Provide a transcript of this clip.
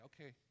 okay